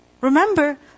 Remember